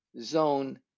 zone